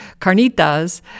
carnitas